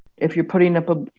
if you are putting up a